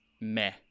Meh